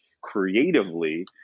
creatively